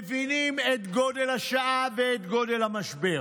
מבינים את גודל השעה ואת גודל המשבר.